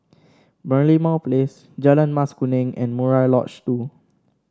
Merlimau Place Jalan Mas Kuning and Murai Lodge Two